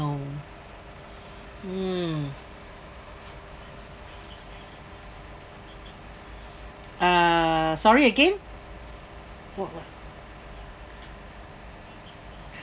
mm err sorry again